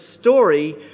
story